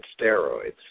steroids